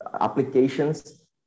applications